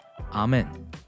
Amen